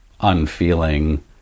unfeeling